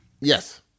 Yes